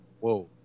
Whoa